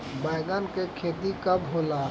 बैंगन के खेती कब होला?